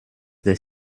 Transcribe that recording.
des